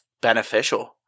beneficial